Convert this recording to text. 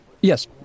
Yes